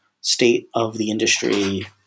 state-of-the-industry